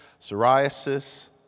psoriasis